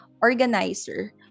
organizer